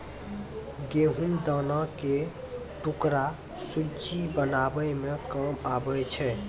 गहुँम दाना के टुकड़ा सुज्जी बनाबै मे काम आबै छै